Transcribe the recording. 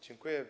Dziękuję.